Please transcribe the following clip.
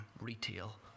retail